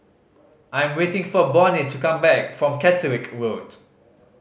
I'm waiting for Bonny to come back from Caterick Road